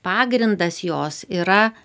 pagrindas jos yra